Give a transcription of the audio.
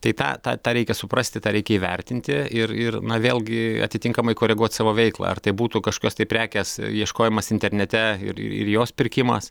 tai tą tą tą reikia suprasti tą reikia įvertinti ir ir na vėlgi atitinkamai koreguot savo veiklą ar tai būtų kažkokios tai prekės ieškojimas internete ir ir jos pirkimas